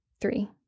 three